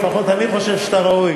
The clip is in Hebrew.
לפחות אני חושב שאתה ראוי.